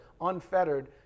unfettered